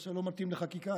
הנושא לא מתאים לחקיקה,